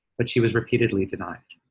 but she was repeatedly denied.